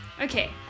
Okay